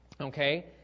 okay